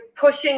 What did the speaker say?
pushing